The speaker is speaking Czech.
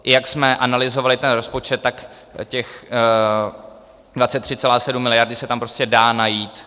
Jak jsme analyzovali ten rozpočet, tak těch 23,7 miliardy se tam prostě dá najít.